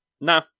nah